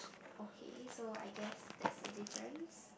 okay so I guess that's a difference